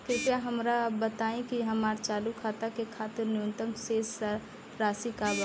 कृपया हमरा बताइ कि हमार चालू खाता के खातिर न्यूनतम शेष राशि का बा